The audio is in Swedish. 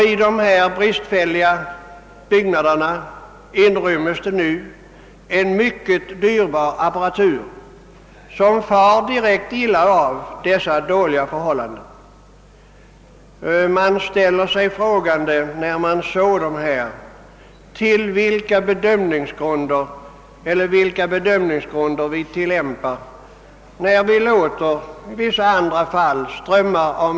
I dessa bristfälliga byggnader inryms nu en mycket dyrbar apparatur, som far direkt illa av dessa dåliga förhållanden. När man såg detta, ställde man sig frågande inför vilka bedömningsgrunder vi tillämpar, när vi låter miljonerna strömma ut.